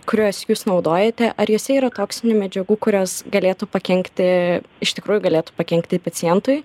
kuriuos jūs naudojate ar juose yra toksinių medžiagų kurios galėtų pakenkti iš tikrųjų galėtų pakenkti pacientui